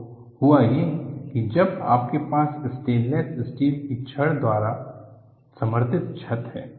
तो हुआ ये कि जब आपके पास स्टेनलेस स्टील की छड़ द्वारा समर्थित छत है